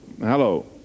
Hello